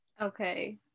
Okay